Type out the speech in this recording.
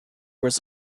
was